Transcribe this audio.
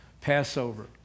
Passover